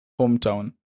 hometown